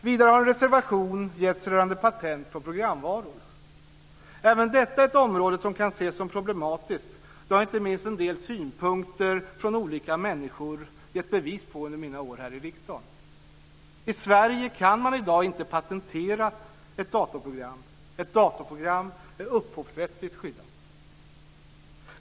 Vidare finns det en reservation rörande patent på programvaror. Även detta är ett område som kan ses som problematiskt. Det har inte minst en del synpunkter från olika människor gett bevis på under mina år här i riksdagen. I Sverige kan man i dag inte patentera ett datorprogram. Ett datorprogram är upphovsrättsligt skyddat.